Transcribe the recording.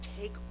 take